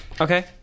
Okay